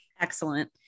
Excellent